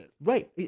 Right